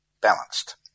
balanced